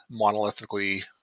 monolithically